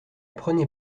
prenez